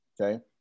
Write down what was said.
okay